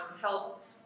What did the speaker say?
help